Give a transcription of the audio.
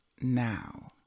now